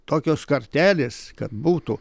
tokios kartelės kad būtų